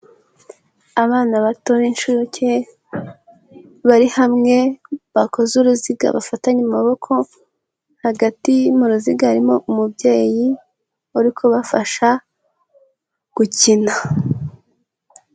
Abana bato b'inshuke bari hamwe bakoze uruziga bafatanye amaboko, hagati mu ruziga harimo umubyeyi uri kubafasha gukina.